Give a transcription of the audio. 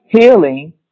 Healing